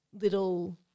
little